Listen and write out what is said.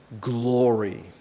glory